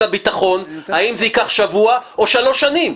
הביטחון האם זה ייקח שבוע או שלוש שנים.